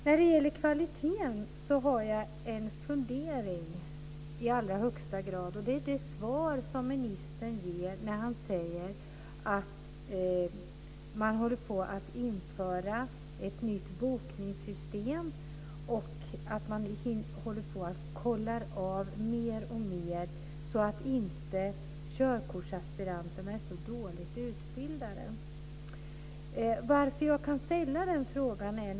När det gäller kvaliteten svarar ministern att man håller på att införa ett nytt bokningssystem och att man ska kolla upp att körkortsaspiranterna inte är så dåligt utbildade.